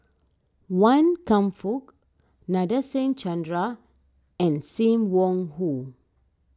Wan Kam Fook Nadasen Chandra and Sim Wong Hoo